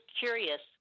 curious